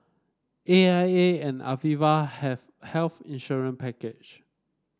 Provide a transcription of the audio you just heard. A I A and Aviva have health insurance package